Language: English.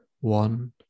one